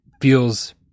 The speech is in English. feels